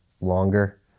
longer